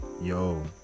Yo